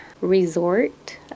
resort